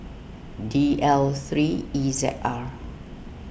D L three E Z R